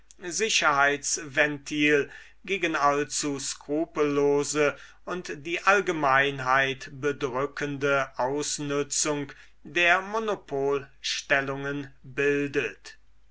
wirksamste sicherheitsventil gegen allzu skrupellose und die allgemeinheit bedrückende ausnützung der monopolstellungen bildet